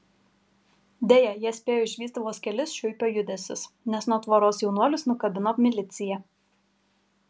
deja jie spėjo išvysti vos kelis šiuipio judesius nes nuo tvoros jaunuolius nukabino milicija